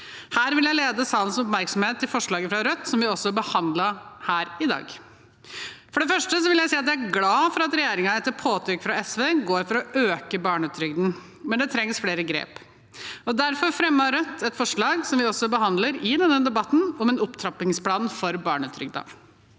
Her vil jeg lede salens oppmerksomhet til forslaget fra Rødt, som vi også behandler i dag. For det første vil jeg si at jeg er glad for at regjeringen, etter påtrykk fra SV, går for å øke barnetrygden, men det trengs flere grep. Derfor har Rødt fremmet et forslag, som vi også behandler i denne debatten, om en opptrappingsplan for barnetrygden.